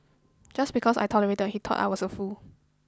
just because I tolerated he thought I was a fool